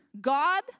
God